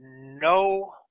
no